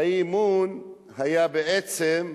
האי-אמון היה על